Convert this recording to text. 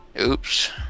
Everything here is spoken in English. Oops